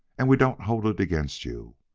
and we don't hold it against you.